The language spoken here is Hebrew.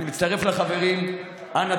אני מצטרף לחברים: אנא,